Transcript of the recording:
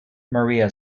maria